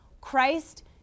Christ